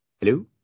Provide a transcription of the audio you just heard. Hello